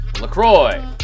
LaCroix